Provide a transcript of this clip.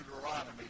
Deuteronomy